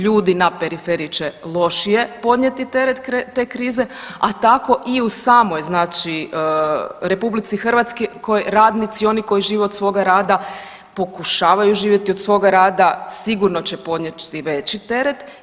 Ljudi na periferiji će lošije podnijeti teret te krize, a tako i u samoj znači Republici Hrvatskoj, oni koji žive od svoga rada pokušavaju živjeti od svoga rada sigurno će podnijeti veći teret.